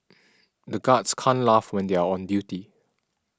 the guards can't laugh when they are on duty